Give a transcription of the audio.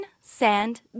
sand